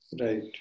right